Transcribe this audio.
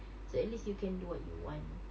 so at least you can do what you want